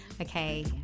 okay